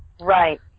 Right